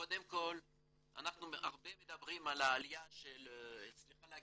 קודם כל אנחנו מדברים הרבה על העלייה של העשירים,